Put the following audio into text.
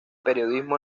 periodismo